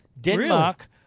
Denmark